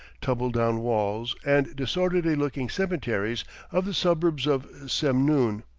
tumble down walls, and disorderly-looking cemeteries of the suburbs of semnoon.